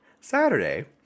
Saturday